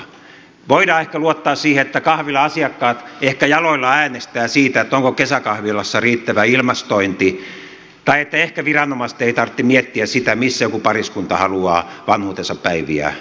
voidaan ehkä luottaa siihen että kahvilan asiakkaat ehkä jaloillaan äänestävät siitä onko kesäkahvilassa riittävä ilmastointi tai että ehkä viranomaisten ei tarvitse miettiä sitä missä joku pariskunta haluaa vanhuutensa päiviä elää